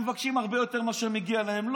הם מבקשים הרבה יותר ממה שמגיע להם.